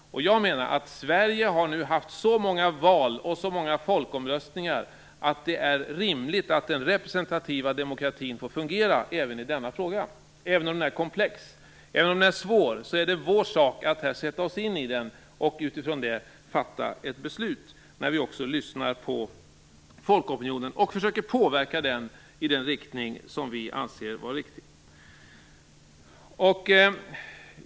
Jag menar att Sverige nu har haft så många val och så många folkomröstningar att det är rimligt att den representativa demokratin får fungera även i denna fråga. Även om den är komplex och svår är det vår sak att sätta oss in i den och utifrån det fatta ett beslut. Vi skall lyssna på folkopinionen och försöka påverka den i den riktning som vi anser vara riktig.